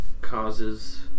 causes